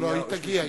לא, לא, היא תגיע,